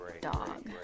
dog